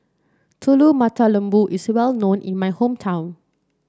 Telur Mata Lembu is well known in my hometown